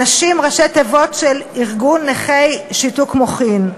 אנשי"ם, ראשי תיבות של: ארגון נכי שיתוק מוחין.